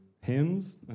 hymns